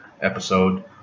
episode